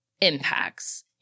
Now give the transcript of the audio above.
impacts